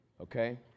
okay